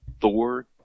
Thor